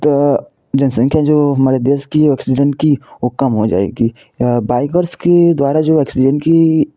एक तो जनसंख्या जो हमारे देश की एक्सीडेंट की वह कम हो जाएगी या बाइकर्स के द्वारा जो एक्सीडेंट की